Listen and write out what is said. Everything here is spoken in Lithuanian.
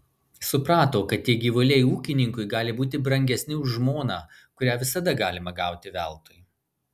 suprato kad tie gyvuliai ūkininkui gali būti brangesni už žmoną kurią visada galima gauti veltui